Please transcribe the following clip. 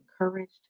encouraged